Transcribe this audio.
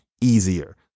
easier